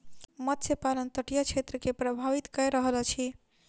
मत्स्य पालन तटीय क्षेत्र के प्रभावित कय रहल अछि